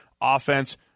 offense